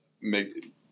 make